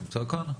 נמצא בזום?